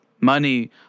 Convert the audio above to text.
money